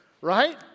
right